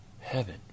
heaven